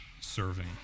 serving